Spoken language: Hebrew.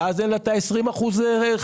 ואין לה את ה-20% מהחשבוניות,